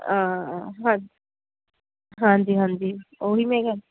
ਹਾਂਜੀ ਹਾਂਜੀ ਹਾਂਜੀ ਉਹ ਹੀ ਮੈਂ ਕਹਿ